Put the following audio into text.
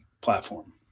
platform